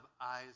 eyes